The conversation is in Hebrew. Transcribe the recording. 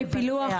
פנינה יקרה,